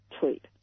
tweet